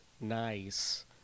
nice